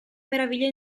meraviglia